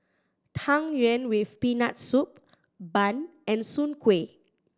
Tang Yuen with Peanut Soup bun and Soon Kuih